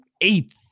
eighth